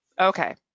Okay